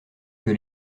que